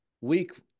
Week